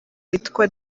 yitwa